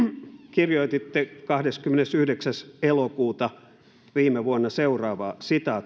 kirjoititte kahdeskymmenesyhdeksäs elokuuta viime vuonna seuraavaa